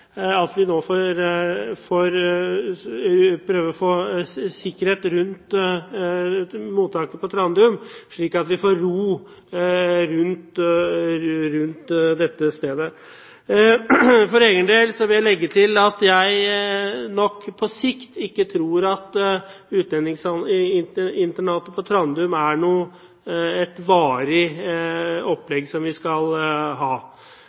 får vi prøve å få sikkerhet rundt mottaket på Trandum, slik at vi får ro rundt dette stedet. For egen del vil jeg legge til at jeg nok ikke tror at utlendingsinternatet på Trandum er et opplegg som vi skal ha på sikt. Vi er nødt for å se på om vi skal ha